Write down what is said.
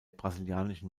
brasilianischen